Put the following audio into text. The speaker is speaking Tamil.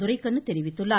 துரைக்கண்ணு தெரிவித்துள்ளார்